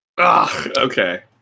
Okay